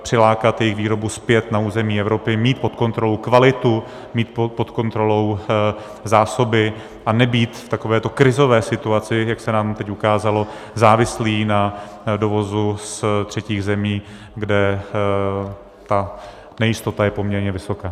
přilákat jejich výrobu zpět na území Evropy, mít pod kontrolou kvalitu, mít pod kontrolou zásoby a nebýt v takovéto krizové situaci, jak se nám teď ukázalo, závislí na dovozu z třetích zemí, kde ta nejistota je poměrně vysoká.